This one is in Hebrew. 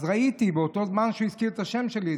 אז ראיתי באותו זמן שהוא הזכיר את השם שלי,